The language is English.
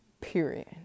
period